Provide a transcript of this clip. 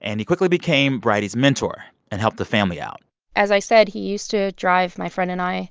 and he quickly became bridie's mentor and helped the family out as i said, he used to drive my friend and i